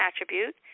attribute